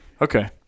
Okay